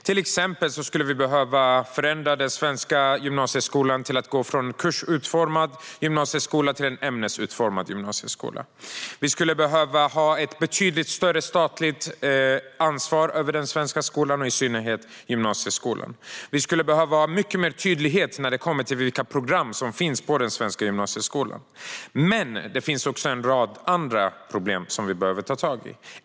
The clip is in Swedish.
Till exempel skulle vi behöva förändra den svenska gymnasieskolan så att den går från en kursutformad gymnasieskola till en ämnesutformad gymnasieskola. Vi skulle behöva ha ett betydligt större statligt ansvar för den svenska skolan, i synnerhet gymnasieskolan. Vi skulle också behöva ha mycket mer tydlighet när det gäller vilka program som finns i den svenska gymnasieskolan. Men det finns också en rad andra problem som vi behöver ta tag i.